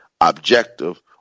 objective